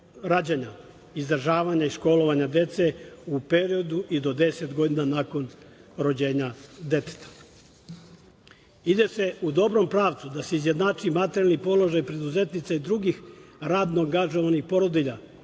rađanja, izdržavanja i školovanja dece u periodu i do 10 godina nakon rođenja deteta. Ide se u dobrom pravcu da se izjednači materijalni položaj preduzetnica i drugih radno angažovanih porodilja